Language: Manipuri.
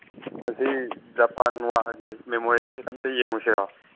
ꯑꯁꯤ ꯖꯄꯥꯟ ꯋꯥꯔꯒꯤ ꯃꯦꯃꯣꯔꯤꯌꯜꯁꯦ ꯑꯝꯇ ꯌꯦꯡꯉꯨꯁꯤꯔꯣ